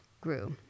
grew